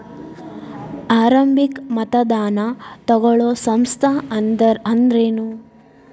ಆರಂಭಿಕ್ ಮತದಾನಾ ತಗೋಳೋ ಸಂಸ್ಥಾ ಅಂದ್ರೇನು?